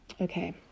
Okay